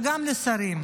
וגם לשרים.